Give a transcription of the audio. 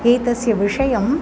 एतस्य विषयम्